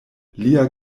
lia